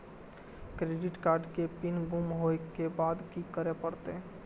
Credit card के pin गुम होय के बाद की करै ल परतै?